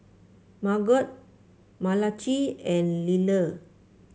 Margot Malachi and Liller